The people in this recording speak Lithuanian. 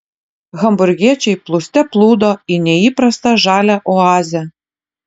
hamburgiečiai plūste plūdo į neįprastą žalią oazę